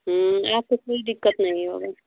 आपको कोई दिक़्क़त यहीं होगा